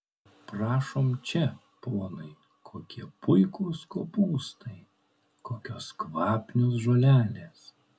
prašom čia ponai kokie puikūs kopūstai kokios kvapnios žolelės